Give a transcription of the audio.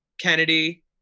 Kennedy